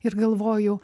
ir galvoju